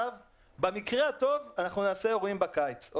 במקרה הטוב אנחנו נקיים אירועים בקיץ.